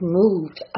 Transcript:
moved